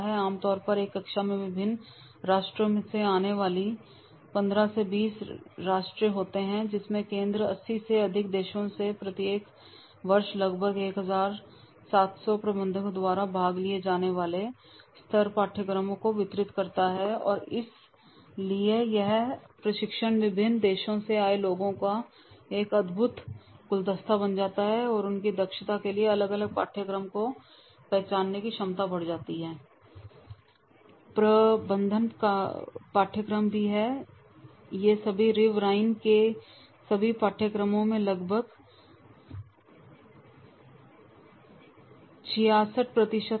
आमतौर पर एक कक्षा में विभिन्न राष्ट्रों से आने वाले पन्द्रह से बीस राष्ट्रीयताएं होते हैं जिसमें केंद्र अस्सी से अधिक देशों से प्रत्येक वर्ष लगभग एक हज़ार सात सौ प्रबंधकों द्वारा भाग लिए जाने वाले सत्तर पाठ्यक्रमों को वितरित करता है और इसलिए यह प्रशिक्षण विभिन्न देशों से आए लोगों का एक अद्भुत गुलदस्ता बन जाता है और उनकी दक्षता के लिए अलग अलग पाठ्यक्रम को पहचानने की क्षमता बढ़ जाती है प्रबंधन पाठ्यक्रम भी है ये सभी रिव राइन के सभी पाठ्यक्रमों में लगभग छियासठ प्रतिशत हैं